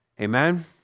Amen